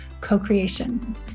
co-creation